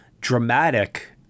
dramatic